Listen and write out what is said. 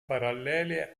parallele